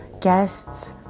guests